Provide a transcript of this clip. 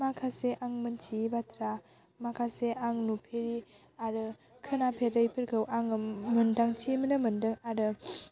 माखासे आं मोन्थियि बाथ्रा माखासे आं नुफेरि आरो खोनाफेरैफोरखौ आङो मोन्दोंथि माने मोन्दों आरो